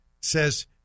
says